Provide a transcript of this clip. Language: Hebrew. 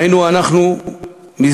היינו אנחנו מזדעקים